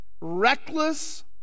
reckless